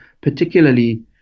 particularly